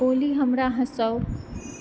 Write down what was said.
ओली हमरा हँसाउ